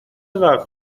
وقت